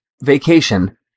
vacation